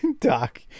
doc